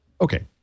okay